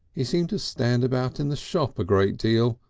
he seemed to stand about in the shop a great deal,